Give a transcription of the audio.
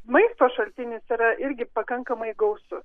maisto šaltinis yra irgi pakankamai gausus